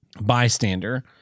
bystander